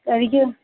എനിക്ക്